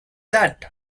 that